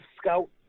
scout